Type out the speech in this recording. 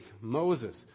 Moses